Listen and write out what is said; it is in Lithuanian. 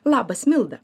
labas milda